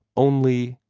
only,